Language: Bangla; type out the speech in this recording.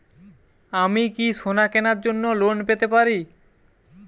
আমি কি সোনা কেনার জন্য লোন পেতে পারি?